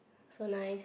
so nice